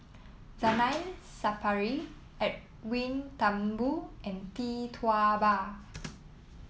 Zainal Sapari Edwin Thumboo and Tee Tua Ba